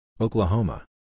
Oklahoma